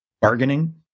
bargaining